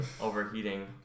overheating